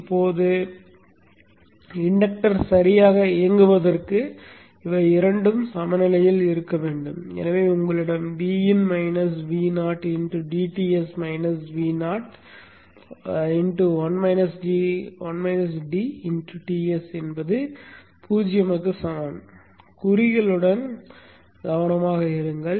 இப்போது இன்டக்டர் சரியாக இயங்குவதற்கு இவை இரண்டும் சமநிலையில் இருக்க வேண்டும் எனவே உங்களிடம் Vin - VodTs Vo Ts என்பது 0 க்கு சமம் குறிகளுடன் கவனமாக இருங்கள்